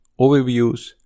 overviews